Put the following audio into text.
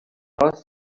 past